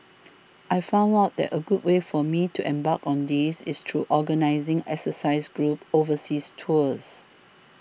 I found out that a good way for me to embark on this is through organising exercise groups overseas tours